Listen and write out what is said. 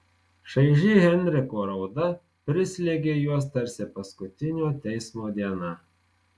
šaiži henriko rauda prislėgė juos tarsi paskutinio teismo diena